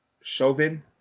Chauvin